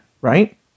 right